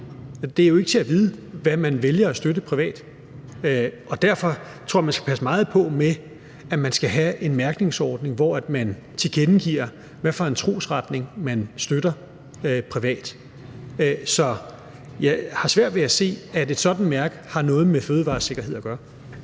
Det er jo ikke til at vide, hvad man vælger at støtte privat, og derfor tror jeg, man skal passe meget på med, at man skal have en mærkningsordning, hvor man tilkendegiver, hvad for en trosretning man støtter privat. Jeg har svært ved at se, at et sådant mærke har noget med fødevaresikkerhed at gøre.